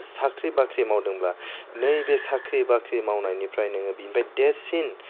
साख्रि बाख्रि मावदोंब्ला नैबे साख्रि बाख्रि मावनायनिफ्राय नोङो बेनिफ्राय देरसिन